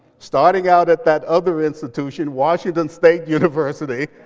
starting out at that other institution, washington state university,